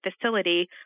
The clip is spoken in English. facility